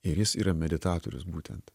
ir jis yra meditatorius būtent